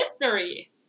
history